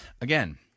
Again